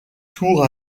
tour